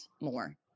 more